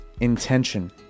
intention